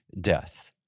death